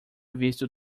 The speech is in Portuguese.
visto